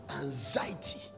anxiety